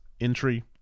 entry